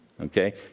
Okay